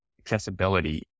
accessibility